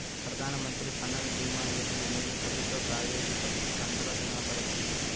ప్రధాన్ మంత్రి ఫసల్ భీమా యోజన అనేది ప్రభుత్వ ప్రాయోజిత పంటల భీమా పథకం